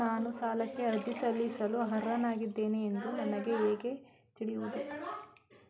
ನಾನು ಸಾಲಕ್ಕೆ ಅರ್ಜಿ ಸಲ್ಲಿಸಲು ಅರ್ಹನಾಗಿದ್ದೇನೆ ಎಂದು ನನಗೆ ಹೇಗೆ ತಿಳಿಯುವುದು?